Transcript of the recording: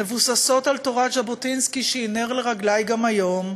מבוססות על תורת ז'בוטינסקי שהיא נר לרגלי גם היום,